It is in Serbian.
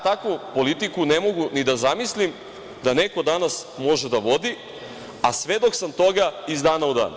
Takvu politiku ne mogu ni da zamislim da neko danas može da vodi, a svedok sam toga iz dana u dan.